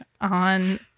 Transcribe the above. on